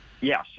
Yes